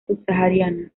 subsahariana